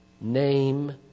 name